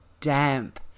damp